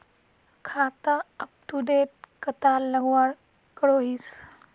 खाता अपटूडेट कतला लगवार करोहीस?